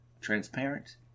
transparent